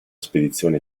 spedizione